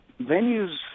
venues